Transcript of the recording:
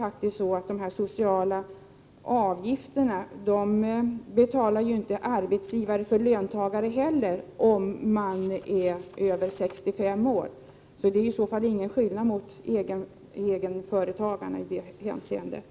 Arbetsgivaren betalar inte heller de sociala avgifterna för löntagare om de är över 65 år, så det är ingen skillnad mot egenföretagarna i det hänseendet.